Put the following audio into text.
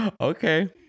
okay